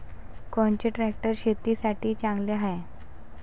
कोनचे ट्रॅक्टर शेतीसाठी चांगले हाये?